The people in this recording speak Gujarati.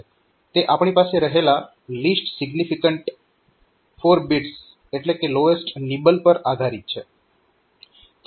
તે આપણી પાસે રહેલા લીસ્ટ સિગ્નિફિકન્ટ 4 બિટ્સ એટલે કે લોએસ્ટ નિબલ પર આધારીત છે